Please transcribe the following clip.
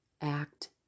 act